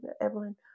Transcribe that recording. Evelyn